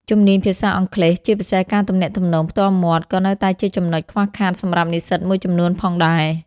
ជំនាញភាសាអង់គ្លេស ជាពិសេសការទំនាក់ទំនងផ្ទាល់មាត់ ក៏នៅតែជាចំណុចខ្វះខាតសម្រាប់និស្សិតមួយចំនួនផងដែរ។